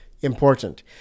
important